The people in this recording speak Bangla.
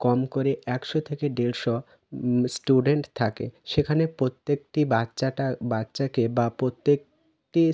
কম করে একশো থেকে দেড়শো স্টুডেন্ট থাকে সেখানে প্রত্যেকটি বাচ্চাটা বাচ্চাকে বা প্রত্যেকটি